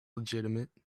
legitimate